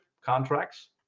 contracts